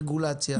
ברגולציה.